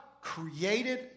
created